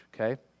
Okay